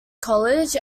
college